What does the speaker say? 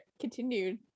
continued